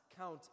count